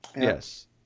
Yes